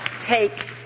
take